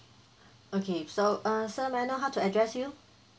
okay so err sir may I know how to address you